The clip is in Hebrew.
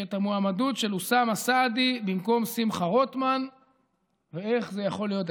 את המועמדות של אוסאמה סעדי במקום שמחה רוטמן ואיך זה יכול להיות.